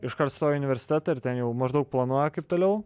iškart stojo į universitetą ir ten jau maždaug planuoja kaip toliau